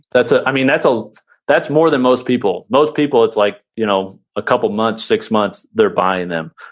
that's it. i mean, that's ah that's more than most people. most people, it's like you know a couple of months, six months, they're buying them.